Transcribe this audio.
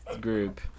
group